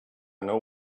know